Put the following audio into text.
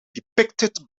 depicted